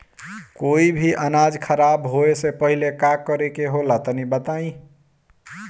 कोई भी अनाज खराब होए से पहले का करेके होला तनी बताई?